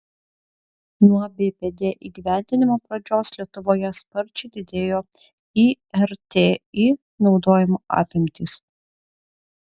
nuo bpd įgyvendinimo pradžios lietuvoje sparčiai didėjo irti naudojimo apimtys